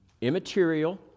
immaterial